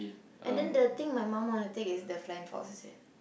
and then the thing my mum want to take is the flying fox is it